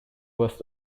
was